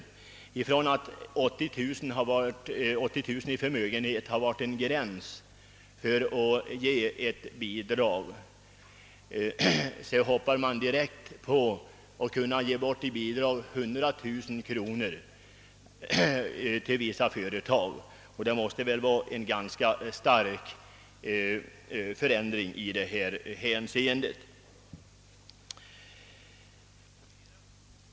Tidigare har 80 000 kronor i förmögenhet varit gränsen för att få bidrag. Nu hoppar man direkt över till att kunna ge 100000 kronor i bidrag till vissa företag. Det är onekligen en stark förändring.